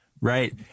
Right